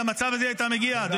היא הייתה במצב שהיא הייתה אומרת,